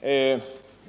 är en fråga till herr Wennerfors.